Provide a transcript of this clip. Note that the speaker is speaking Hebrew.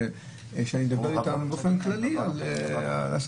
אני מדבר אתם באופן כללי על הסמכות,